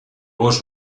gos